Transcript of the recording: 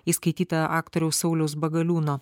įskaityta aktoriaus sauliaus bagaliūno